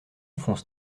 fonce